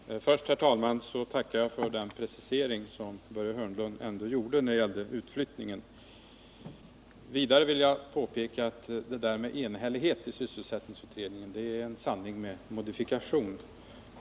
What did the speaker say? Herr talman! Först, herr talman, tackar jag för den precisering som Börje Hörnlund gjorde när det gällde utflyttningen. Vidare vill jag påpeka att påståendet om den där enigheten i sysselsättningsutredningen är en sanning med modifikation.